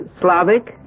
Slavic